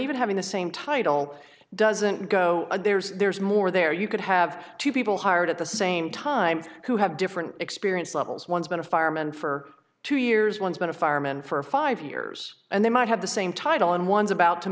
even having the same title doesn't go there's there's more there you could have two people hired at the same time who have different experience levels once been a fireman for two years once been a fireman for five years and they might have the same title and one's about to